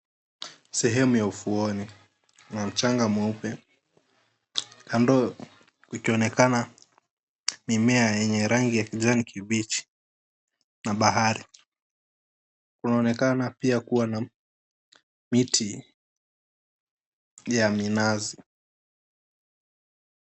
Sehemu ya ufuoni, kuna mchanga mweupe. Kando kukionekana mimea yenye rangi ya kijani kibichi na bahari. Kunaonekana pia kuwa na miti ya minazi.